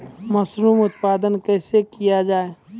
Mushroom उत्पादन कैसे किया जाय?